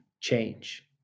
change